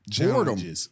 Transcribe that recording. boredom